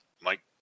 mike